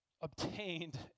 obtained